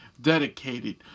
dedicated